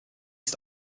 ist